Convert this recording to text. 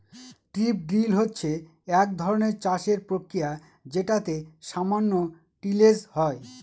strip drill হচ্ছে এক ধরনের চাষের প্রক্রিয়া যেটাতে সামান্য টিলেজ হয়